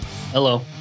Hello